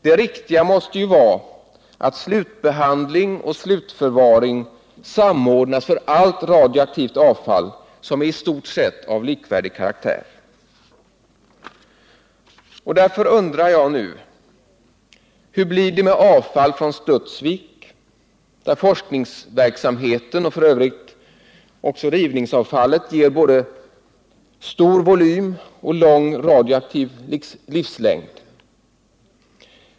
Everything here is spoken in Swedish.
Det riktiga måste vara att slutbehandling och slutförvaring samordnas för olika radioaktiva avfall, som i stort sett har likvärdig karaktär. Därför undrar jag nu: Hur blir det med avfallet från Studsvik, där forskningsverksamheten och f.ö. också rivningsavfallet innebär stora volymer och lång radioaktiv livslängd?